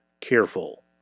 careful